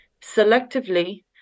selectively